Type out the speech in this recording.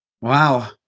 Wow